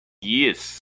yes